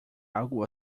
algo